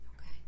Okay